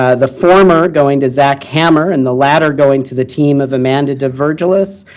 ah the former going to zack hammer and the latter going to the team of amanda divergeles,